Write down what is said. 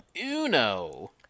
Uno